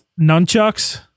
Nunchucks